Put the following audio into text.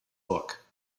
book